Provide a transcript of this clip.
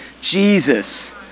Jesus